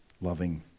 loving